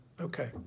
okay